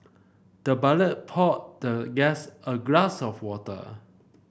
the butler poured the guest a glass of water